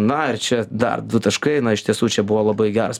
na ir čia dar du taškai na iš tiesų čia buvo labai geras